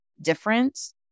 difference